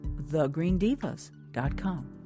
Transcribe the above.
thegreendivas.com